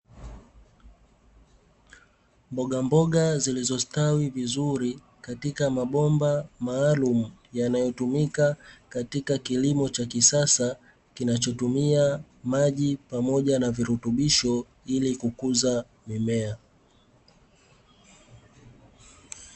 Mbogamboga zilizostawi vizuri katika mabomba maalumu yanayotumika katika kilimo cha kisasa kinachotumia maji pamoja na virutubisho maalumu ili kukuza mimea.